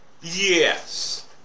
Yes